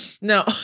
no